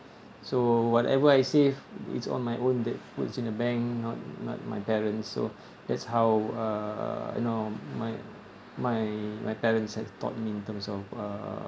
so whatever I save it's on my own that puts in a bank not not my parents so that's how uh you know my my my parents had taught me in terms of uh